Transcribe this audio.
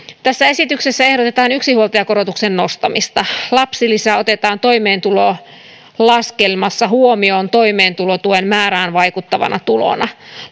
tässä esityksessä ehdotetaan yksinhuoltajakorotuksen nostamista lapsilisä otetaan toimeentulolaskelmassa huomioon toimeentulotuen määrään vaikuttavana tulona